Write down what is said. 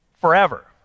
forever